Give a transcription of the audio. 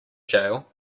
jail